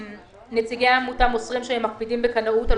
נציגי העמותה מוסרים שהם מקפידים בקנאות על